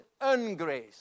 ungrace